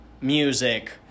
music